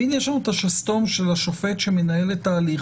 מנאשמים לגרוף רווחים משניים מעצם העובדה שהם לא נוכחים בדיון.